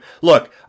Look